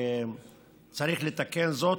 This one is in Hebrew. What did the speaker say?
וצריך לתקן זאת.